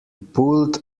pulled